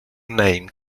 name